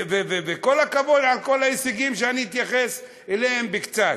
וכל הכבוד על כל ההישגים, ואני אתייחס אליהם קצת,